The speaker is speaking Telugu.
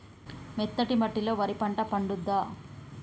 మెత్తటి మట్టిలో వరి పంట పండుద్దా?